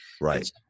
Right